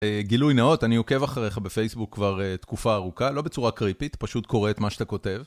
גילוי נאות, אני עוקב אחריך בפייסבוק כבר תקופה ארוכה, לא בצורה קריפית, פשוט קורא את מה שאתה כותב.